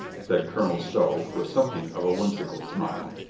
said colonel stow, with something of a whimsical smile.